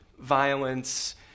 violence